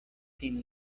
sin